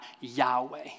Yahweh